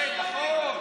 עכשיו,